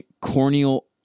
corneal